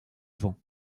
vent